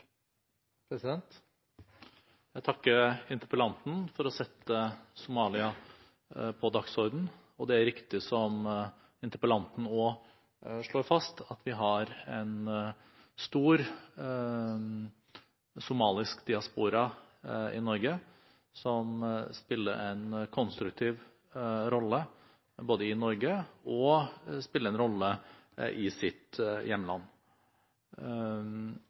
riktig, som interpellanten også slår fast, at vi har en stor somalisk diaspora i Norge, som spiller en konstruktiv rolle både i Norge og i sitt hjemland. Jeg synes det er en fin anledning til å orientere Stortinget om hvordan regjeringen vil arbeide overfor Somalia i